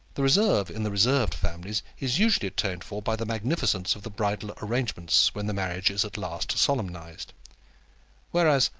the reserve in the reserved families is usually atoned for by the magnificence of the bridal arrangements, when the marriage is at last solemnized whereas,